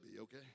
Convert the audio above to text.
okay